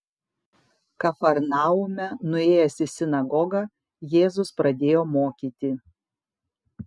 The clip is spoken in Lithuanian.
kafarnaume nuėjęs į sinagogą jėzus pradėjo mokyti